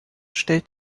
stellt